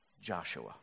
Joshua